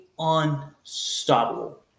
unstoppable